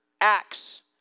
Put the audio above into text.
acts